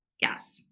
Yes